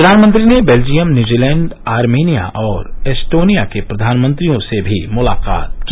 प्रधानमंत्री ने Belgium New Zealand Armenia और एस्टोनिया के प्रधानमंत्रियों से भी मुलाकात की